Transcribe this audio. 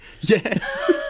Yes